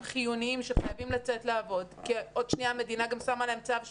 חיוניים וחייבים לצאת לעבוד כי עוד שנייה המדינה גם שמה להם צו 8,